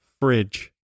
fridge